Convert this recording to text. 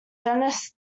dennis